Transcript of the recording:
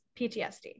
PTSD